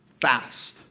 fast